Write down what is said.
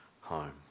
home